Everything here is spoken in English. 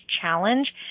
challenge